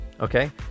okay